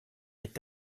est